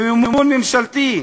במימון ממשלתי,